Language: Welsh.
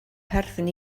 perthyn